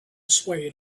swayed